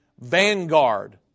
Vanguard